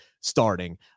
starting